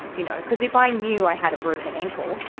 and you know. cuz if i knew i had a broken ankle,